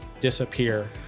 disappear